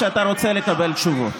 רוצה לקבל עליו תשובות.